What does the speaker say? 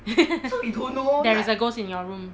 there is a ghost in your room